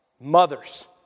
Mothers